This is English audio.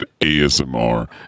ASMR